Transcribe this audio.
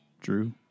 Drew